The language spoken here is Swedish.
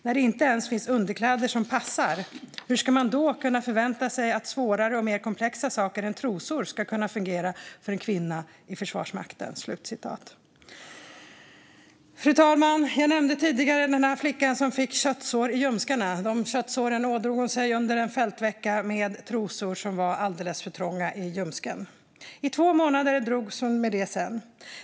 När det inte ens finns underkläder som passar, hur ska man då kunna förvänta sig att svårare och mer komplexa saker än trosor ska kunna fungera för en kvinna i Försvarsmakten?" Fru talman! Jag nämnde tidigare den flicka som fick köttsår i ljumsken. Dessa köttsår ådrog hon sig under en fältvecka med trosor som var alldeles för trånga i ljumsken. I två månader drogs hon med detta.